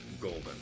golden